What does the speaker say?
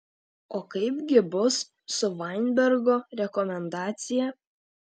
o kaip gi bus su vainbergo rekomendacija